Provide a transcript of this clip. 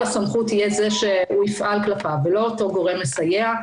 הסמכות יהיה זה שהוא יפעל כלפיו ולא אותו גורם מסייע,